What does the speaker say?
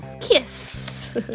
kiss